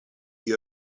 die